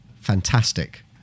Fantastic